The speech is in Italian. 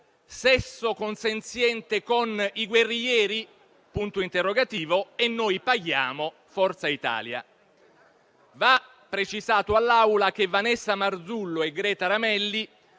sesso consenziente con i guerriglieri? E noi paghiamo! Forza Italia». Va precisato all'Assemblea che Vanessa Marzullo e Greta Ramelli